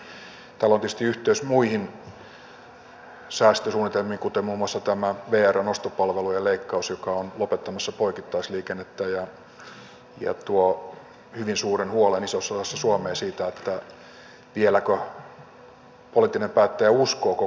tällä on tietysti yhteys muihin säästösuunnitelmiin kuten muun muassa tämä vrn ostopalvelujen leikkaus joka on lopettamassa poikittaisliikennettä ja tuo hyvin suuren huolen isossa osassa suomea siitä vieläkö poliittinen päättäjä uskoo koko suomen kehittämiseen